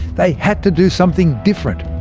they had to do something different.